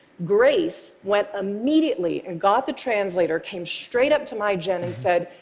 grace went immediately, and got the translator, came straight up to my jenn and said,